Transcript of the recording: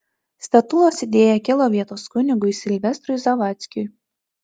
statulos idėja kilo vietos kunigui silvestrui zavadzkiui